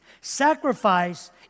Sacrifice